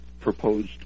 proposed